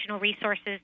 resources